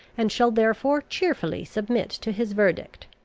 and shall therefore cheerfully submit to his verdict.